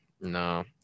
no